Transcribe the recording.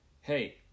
Hey